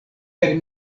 per